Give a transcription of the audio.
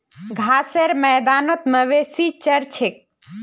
घासेर मैदानत मवेशी चर छेक